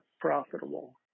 profitable